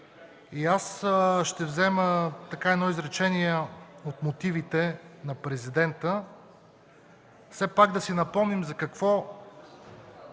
вето. Ще взема едно изречение от мотивите на Президента, все пак да си напомним за какво